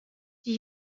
die